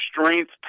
strength